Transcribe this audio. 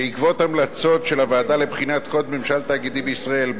בעקבות המלצות של הוועדה לבחינת קוד ממשל תאגידי בישראל,